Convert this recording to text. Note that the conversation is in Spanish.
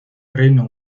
reino